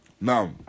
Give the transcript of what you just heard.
Now